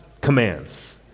commands